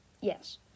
Yes